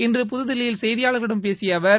இன்று புதுதில்லியில் செய்தியாளர்களிடம் பேசிய அவர்